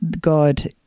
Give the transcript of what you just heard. God